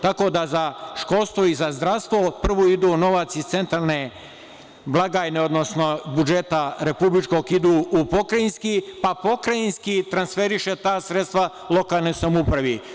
Tako da, za školstvo i zdravstvo prvo ide novac iz centralne blagajne, odnosno republičkog budžeta idu u pokrajinski, pa pokrajinski transferiše ta sredstva lokalnoj samoupravi.